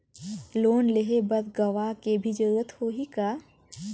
Loan लेहे बर गवाह के भी जरूरत होही का?